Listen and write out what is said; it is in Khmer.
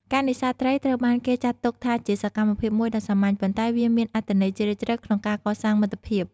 ការនេសាទត្រីត្រូវបានគេចាត់ទុកថាជាសកម្មភាពមួយដ៏សាមញ្ញ ប៉ុន្តែវាមានអត្ថន័យជ្រាលជ្រៅក្នុងការកសាងមិត្តភាព។